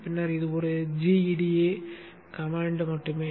எனவே இது ஒரு gEDA கட்டளை மட்டுமே